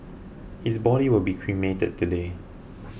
his body will be cremated today